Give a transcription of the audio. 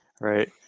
right